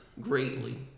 greatly